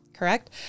Correct